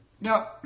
Now